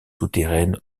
souterraines